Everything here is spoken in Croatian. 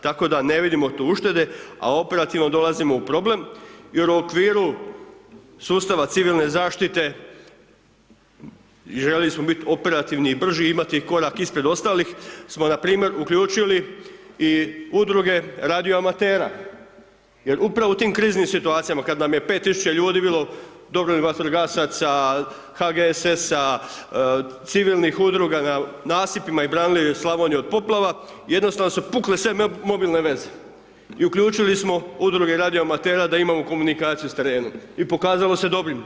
Tako da ne vidimo tu uštede, a operativno dolazimo u problem jer u okviru sustava civilne zaštite željeli smo biti operativni i brži i imati korak ispred ostalih smo npr. uključili i udruge radioamatera, jer upravo u tim kriznim situacijama kad nam je 5.000 ljudi bilo dobrovoljnih vatrogasaca, HGSS-a, civilnih udruga na nasipima i branili Slavoniju od poplava, jednostavno su pukle sve mobilne veze i uključili smo udruge radioamatera da imamo komunikaciju s terenom i pokazalo se dobrim.